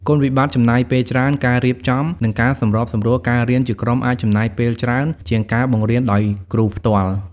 គុណវិបត្តិចំណាយពេលច្រើន ការរៀបចំ និងការសម្របសម្រួលការរៀនជាក្រុមអាចចំណាយពេលច្រើនជាងការបង្រៀនដោយគ្រូផ្ទាល់។